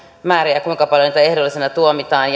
määriä kuinka paljon näitä ehdollisena tuomitaan